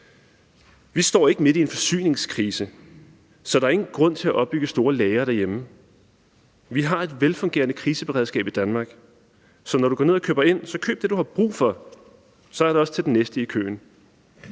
Vi står ikke midt i en forsyningskrise, så der er ingen grund til at opbygge store lagre derhjemme. Vi har et velfungerende kriseberedskab i Danmark, så når du går ned og køber ind, så køb det, du har brug for. Så er der også til den næste i køen.